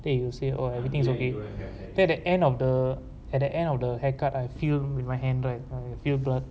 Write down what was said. then you will say oh everything's okay then at the end of the at the end of the haircut I feel with my hand right I feel blood